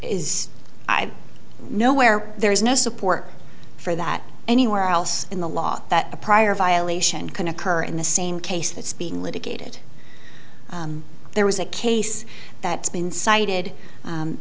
is i know where there is no support for that anywhere else in the law that the prior violation can occur in the same case that's being litigated there was a case that been cited